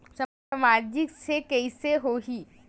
सामाजिक से कइसे होही?